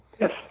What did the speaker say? Yes